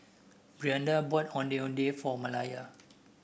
Brianda bought Ondeh Ondeh for Malaya